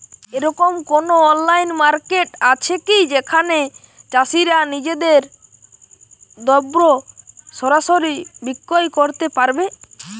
এরকম কোনো online market আছে কি যেখানে চাষীরা নিজেদের দ্রব্য সরাসরি বিক্রয় করতে পারবে?